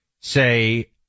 say